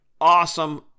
Awesome